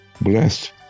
blessed